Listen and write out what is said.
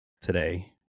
Today